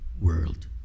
world